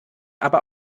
aber